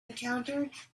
encountered